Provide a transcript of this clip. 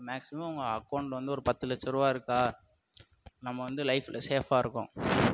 maximum உங்கள் account வந்து ஒரு பத்து லட்சரூபா இருக்கா நம்ம வந்து லைஃப்பில் சேஃபாக இருக்கோம்